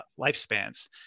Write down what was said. lifespans